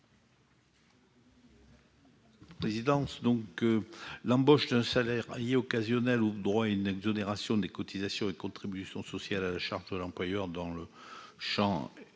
rectifié . L'embauche d'un salarié occasionnel ouvre droit à une exonération des cotisations et des contributions sociales à la charge de l'employeur dont le champ